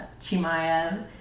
Chimayev